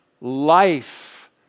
Life